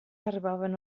arribaven